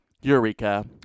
Eureka